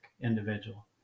individual